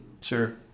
Sure